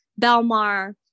Belmar